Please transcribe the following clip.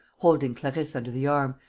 holding clarisse under the arm,